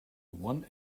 one